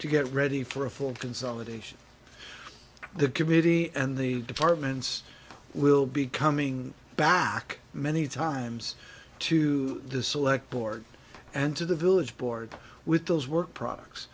to get ready for a full consolidation the committee and the departments will be coming back many times to the select board and to the village board with those work products